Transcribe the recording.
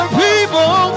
people